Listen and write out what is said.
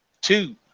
two